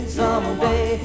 someday